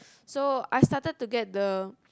so I started to get the